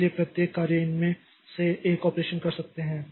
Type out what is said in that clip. इसलिए प्रत्येक कार्य इनमें से एक ऑपरेशन कर सकते हैं